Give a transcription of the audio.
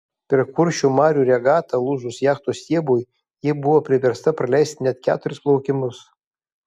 per kuršių marių regatą lūžus jachtos stiebui ji buvo priversta praleisti net keturis plaukimus